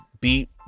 beat